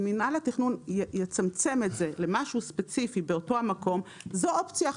אם מינהל התכנון יצמצם את זה למשהו ספציפי באותו המקום זו אופציה אחת.